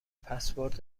پسورد